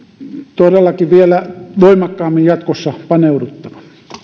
todellakin vielä voimakkaammin jatkossa paneuduttava